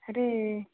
ଆରେ